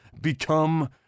Become